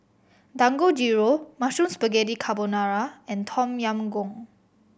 Dangojiru Mushroom Spaghetti Carbonara and Tom Yam Goong